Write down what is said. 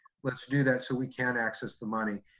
let's do that so we can access the money.